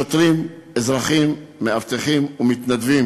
שוטרים, אזרחים, מאבטחים ומתנדבים